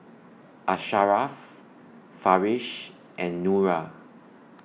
Asharaff Farish and Nura